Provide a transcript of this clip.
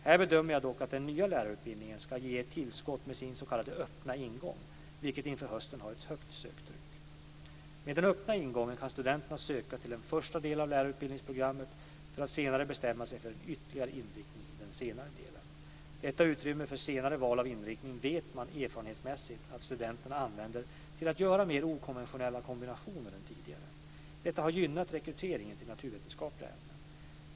Här bedömer jag dock att den nya lärarutbildningen ska ge ett tillskott med sin s.k. öppna ingång, vilken inför hösten har ett högt söktryck. Med den öppna ingången kan studenterna söka till en första del av lärarutbildningsprogrammet för att senare bestämma sig för en ytterligare inriktning i den senare delen. Detta utrymme för senare val av inriktning vet man erfarenhetsmässigt att studenterna använder till att göra mera okonventionella kombinationer än tidigare. Detta har gynnat rekryteringen till naturvetenskapliga ämnen.